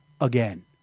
again